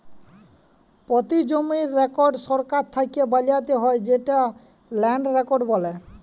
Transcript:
পতি জমির রেকড় সরকার থ্যাকে বালাত্যে হয় যেটকে ল্যান্ড রেকড় বলে